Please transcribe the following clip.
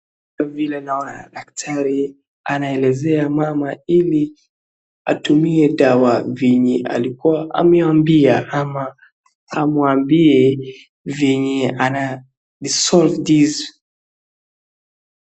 Vile naona daktari anaelezea mama ili atumie dawa venye alikuwa ameambiwa ama amwambie venye anadisolve this .